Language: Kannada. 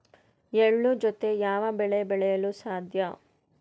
ಎಳ್ಳು ಜೂತೆ ಯಾವ ಬೆಳೆ ಬೆಳೆಯಲು ಸಾಧ್ಯ?